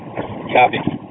Copy